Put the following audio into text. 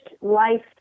life